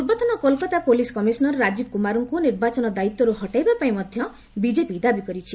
ପୂର୍ବତନ Kolkata police commissioner Rajib କୁମାରଙ୍କୁ ନିର୍ବାଚନ ଦାୟିତ୍ୱରୁ ହଟେଇବା ପାଇଁ ମଧ୍ୟ ବିଜେପି ଦାବି କରିଛି